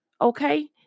Okay